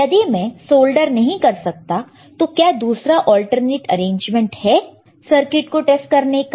यदि मैं सोल्डर नहीं कर सकता तो क्या कोई दूसरा अल्टरनेट अरेंजमेंट है सर्किट को टेस्ट करने का